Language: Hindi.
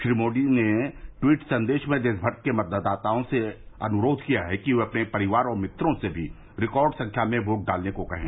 श्री मोदी ने ट्वीट संदेश में देशभर के मतदाताओं से अनुरोध किया कि वे अपने परिवार और मित्रों से भी रिकॉर्ड संख्या में वोट डालने को कहें